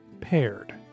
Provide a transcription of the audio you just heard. Paired